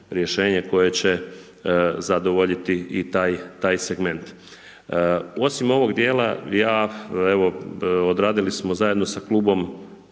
koje će zadovoljiti i taj segment. Osim ovog dijela, ja evo odradili smo zajedno sa klubom,